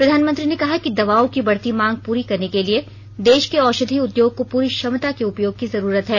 प्रधानमंत्री ने कहा कि दवाओं की बढती मांग पूरी करने के लिए देश के औषधि उद्योग की पूरी क्षमता के उपयोग की जरूरत है